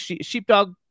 sheepdog